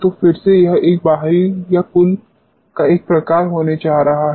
तो फिर से यह एक बाहरी या कुल का एक प्रकार होने जा रहा है